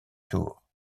tour